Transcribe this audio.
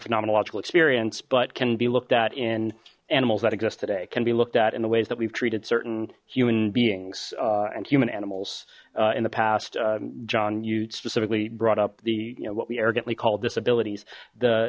phenomenological experience but can be looked at in animals that exist today can be looked at in the ways that we've treated certain human beings and human animals in the past john you specifically brought up the you know what we arrogantly call disabilities the